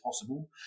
possible